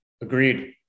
Agreed